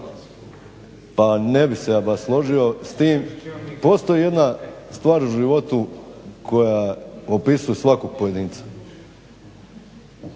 Pa ne bih se ja baš složio s tim. Postoji jedna stvar u životu koja opisuje svakog pojedinca.